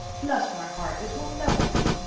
bless my heart, this will never do!